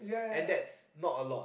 and that's not a lot